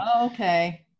Okay